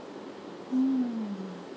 mm